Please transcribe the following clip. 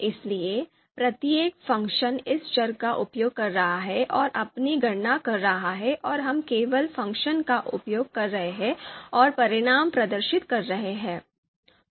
इसलिए प्रत्येक फ़ंक्शन इस चर का उपयोग कर रहा है और अपनी गणना कर रहा है और हम केवल फ़ंक्शन का उपयोग कर रहे हैं और परिणाम प्रदर्शित कर रहे हैं